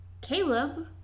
Caleb